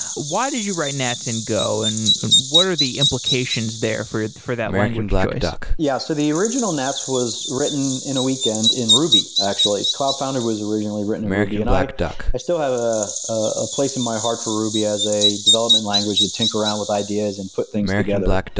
why did you write nats in go and what are the implications there for for that language choice? yeah, so the original nats was written in a weekend in ruby actually. cloud foundry was originally written in ruby. and i i still have ah a place in my heart for ruby as a development language to tinker around with ideas and put things together.